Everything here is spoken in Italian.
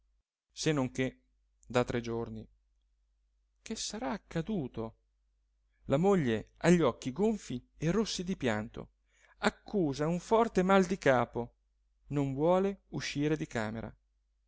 non che da tre giorni che sarà accaduto la moglie ha gli occhi gonfii e rossi di pianto accusa un forte mal di capo non vuole uscir di camera